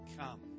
come